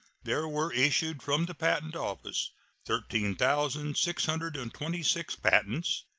there were issued from the patent office thirteen thousand six hundred and twenty six patents,